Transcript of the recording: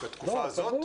בתקופה הזאת?